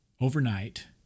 overnight